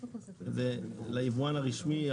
וליבואן הרשמי,